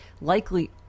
likely